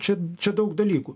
čia čia daug dalykų